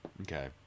Okay